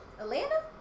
Atlanta